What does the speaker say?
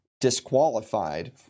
disqualified